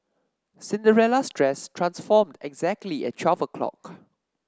Cinderella's dress transformed exactly at twelve o'clock